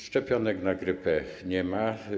Szczepionek na grypę nie ma.